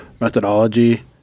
methodology